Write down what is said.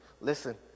Listen